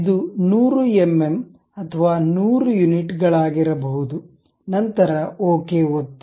ಇದು 100 ಎಂಎಂ ಅಥವಾ 100 ಯುನಿಟ್ಗಳಾಗಿರಬಹುದು ನಂತರ ಓಕೆ ಒತ್ತಿ